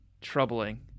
Troubling